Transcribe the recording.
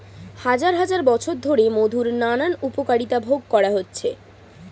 হাজার হাজার বছর ধরে মধুর নানান উপকারিতা ভোগ করা হচ্ছে